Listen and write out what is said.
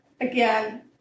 Again